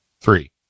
Three